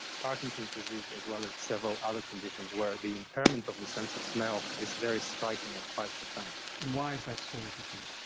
parkinson's disease as well as several other conditions where the impairment of the sense of smell is very striking and quite profound. and why is that so, do you think?